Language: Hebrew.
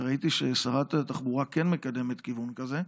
וראיתי ששרת התחבורה כן מקדמת כיוון כזה,